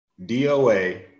DOA